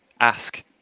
ask